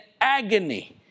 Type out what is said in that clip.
agony